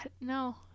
no